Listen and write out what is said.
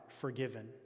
forgiven